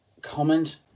comment